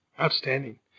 Outstanding